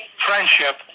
friendship